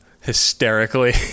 hysterically